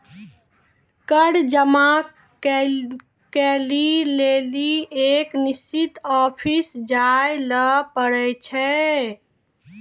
कर जमा करै लेली एक निश्चित ऑफिस जाय ल पड़ै छै